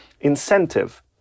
incentive